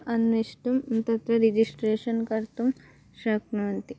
अन्वेष्टुं तत्र रिजिस्ट्रेशन् कर्तुं शक्नुवन्ति